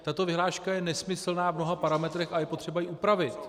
Tato vyhláška je nesmyslná v mnoha parametrech a je potřeba ji upravit.